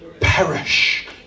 perish